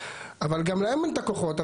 אבל גם להם אין את הכוחות.